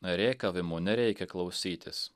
rėkavimų nereikia klausytis